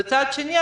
מצד שני,